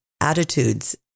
attitudes